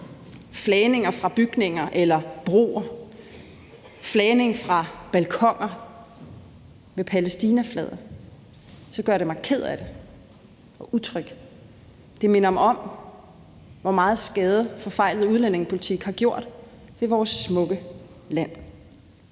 flagninger fra bygninger eller broer og flagning fra balkoner med palæstinaflaget, gør det mig ked af det og utryg. Det minder mig om, hvor meget skade forfejlet udlændingepolitik har gjort på vores smukke land.